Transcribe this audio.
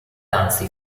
anzi